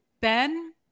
Ben